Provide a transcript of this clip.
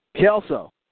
Kelso